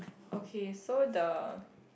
okay so the